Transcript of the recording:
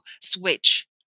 switch